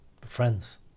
Friends